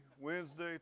Wednesday